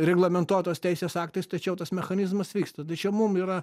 reglamentuotos teisės aktais tačiau tas mechanizmas vyksta tai čia mum yra